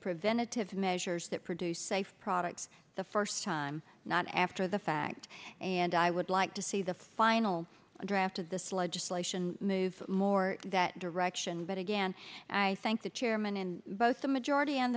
preventative measures that produce safe products the first time not after the fact and i would like to see the final draft of this legislation move more that direction but again i thank the chairman and both the majority and